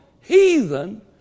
heathen